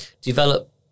develop